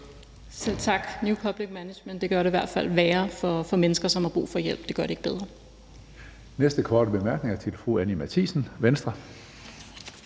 Selv tak. New public management gør det i hvert fald værre for mennesker, som har brug for hjælp; det gør det ikke bedre. Kl. 17:02 Tredje næstformand (Karsten Hønge):